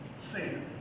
sin